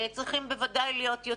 צריכים בוודאי להיות יותר,